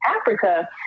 Africa